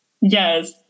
yes